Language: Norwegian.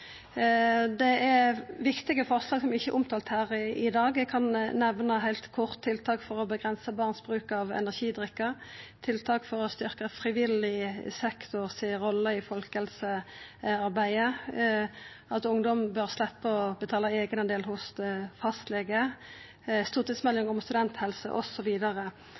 Det er viktige forslag som ikkje er omtalte her i dag. Eg kan nemna heilt kort tiltak for å avgrensa barns bruk av energidrikkar, tiltak for å styrkja frivillig sektor si rolle i folkehelsearbeidet, at ungdom bør sleppa å betala eigendel hos fastlege, stortingsmelding om studenthelse